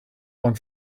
one